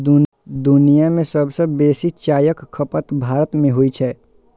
दुनिया मे सबसं बेसी चायक खपत भारत मे होइ छै